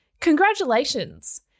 congratulations